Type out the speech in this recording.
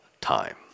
time